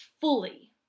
fully